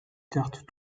cartes